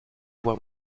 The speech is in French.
avoir